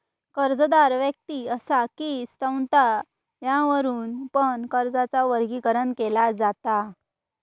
कर्जदार व्यक्ति असा कि संस्था यावरुन पण कर्जाचा वर्गीकरण केला जाता